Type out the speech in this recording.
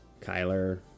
Kyler